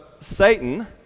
Satan